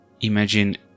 imagine